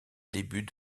début